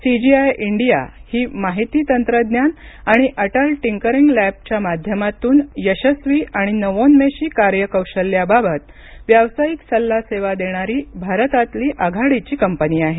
CGI India ही माहिती तंत्रज्ञान आणि अटल टिंकरिंग लॅबच्या माध्यमातून यशस्वी आणि नवोन्मेषी कार्यकौशल्याबाबत व्यावसायिक सल्ला सेवा देणारी भारतातली आघाडीची कंपनी आहे